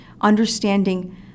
understanding